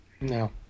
No